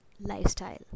lifestyle